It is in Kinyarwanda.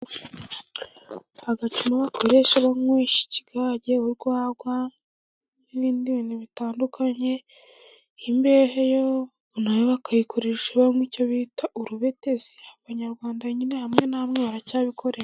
Agacuma bakoresha banywesha ikigage, urwagwa, n'ibindi bintu bitandukanye. Imbehe yo na yo bakayikoresha iyo banywa icyo bita urubetezi. Abanyarwanda nyine hamwe na hamwe baracyabikoresha.